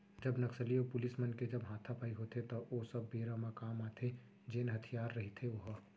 जब नक्सली अऊ पुलिस मन के जब हातापाई होथे त ओ सब बेरा म काम आथे जेन हथियार रहिथे ओहा